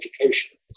education